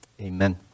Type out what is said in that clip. Amen